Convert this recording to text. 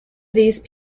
these